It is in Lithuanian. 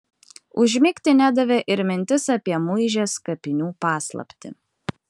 užmigti nedavė ir mintis apie muižės kapinių paslaptį